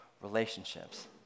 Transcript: relationships